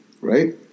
right